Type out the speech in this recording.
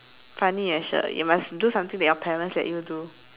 funny eh shir you must do some thing that your parents let you do